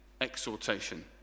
exhortation